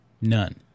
None